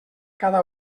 cada